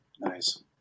Nice